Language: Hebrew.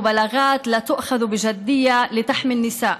שלא ממלאות את תפקידן בעצירת דם הנשים הנשפך